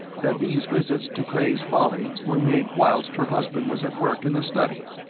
that these visits to cray's folly were made whilst her husband was at work in the study.